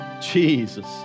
Jesus